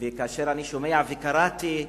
וכאשר אני שומע וקראתי,